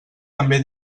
també